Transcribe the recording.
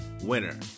winner